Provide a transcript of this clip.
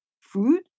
food